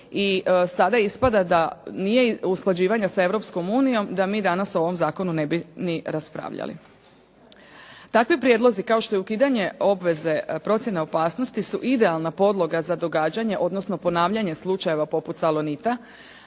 i sada ispada da nije usklađivanja sa Europskom unijom da mi danas o ovom zakonu ne bi ni raspravljali. Takvi prijedlozi kao što je ukidanje obveze procjene opasnosti su idealna podloga za događanje, odnosno ponavljanje slučajeva poput “Salonita“